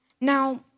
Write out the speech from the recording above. Now